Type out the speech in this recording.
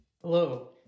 Hello